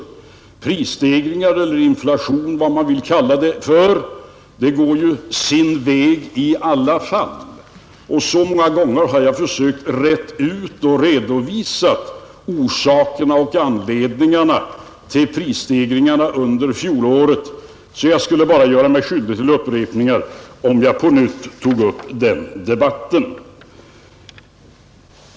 Prisstegringarna — eller inflationen, om man vill använda det ordet — går ju sin väg i alla fall, och jag har så många gånger försökt reda ut och redovisa orsakerna till prisstegringarna under fjolåret, att jag bara skulle göra mig skyldig till upprepningar, om jag på nytt toge upp den debatten.